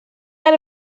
out